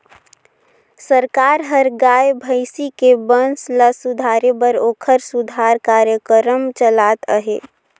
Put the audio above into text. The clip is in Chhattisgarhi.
सरकार हर गाय, भइसी के बंस ल सुधारे बर ओखर सुधार कार्यकरम चलात अहे